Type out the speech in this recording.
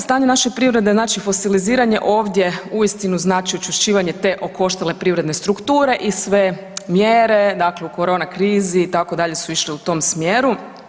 Stanje naše privrede znači fosiliziranje ovdje uistinu znači učvršćivanje te okoštale privredne strukture i sve mjere dakle u korona krizi itd., su išle u tom smjeru.